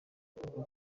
ibikomoka